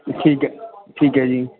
ਠੀਕ ਹੈ ਠੀਕ ਹੈ ਜੀ